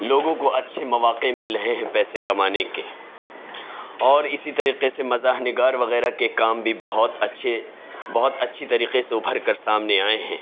لوگوں کو اچھے مواقع مل رہے ہیں پیسے کمانے کے اور اسی طریقے سے مزاح نگار وغیرہ کے کام بھی بہت اچھے بہت اچھی طریقے سے ابھر کر سامنے آئے ہیں